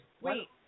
Wait